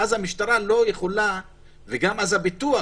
ואז, המשטרה לא יכולה וגם הביטוח,